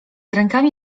rękami